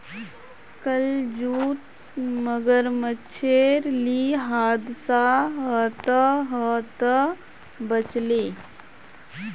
कल जूत मगरमच्छेर ली हादसा ह त ह त बच ले